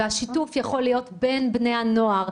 והשיתוף יכול להיות בין בני הנוער.